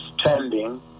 standing